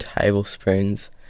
tablespoons